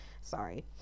sorry